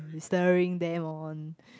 stirring them on